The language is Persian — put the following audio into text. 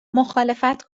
مخالفت